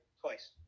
twice